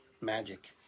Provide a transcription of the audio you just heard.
magic